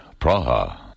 Praha